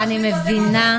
אני מבינה.